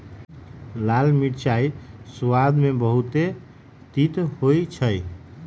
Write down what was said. ललका मिरचाइ सबाद में बहुते तित होइ छइ